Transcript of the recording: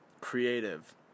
creative